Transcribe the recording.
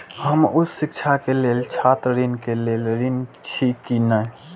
हम उच्च शिक्षा के लेल छात्र ऋण के लेल ऋण छी की ने?